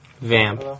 Vamp